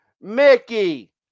Mickey